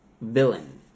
villain